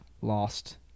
lost